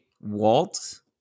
Walt